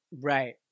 Right